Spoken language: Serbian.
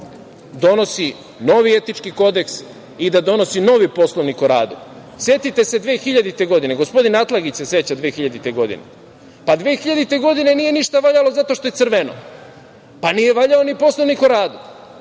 donosi novi etički kodeks i da donosi novi Poslovnik o radu. Setite se 2000. godine, gospodin Atlagić se seća 2000. godine. Ništa tada nije valjalo zato što je crveno, nije valjao ni Poslovnik o radu,